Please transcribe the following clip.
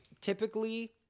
typically